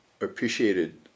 appreciated